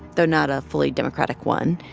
though not a fully democratic one.